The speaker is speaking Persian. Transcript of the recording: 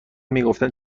میگفتن